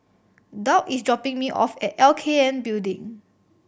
Doug is dropping me off at L K N Building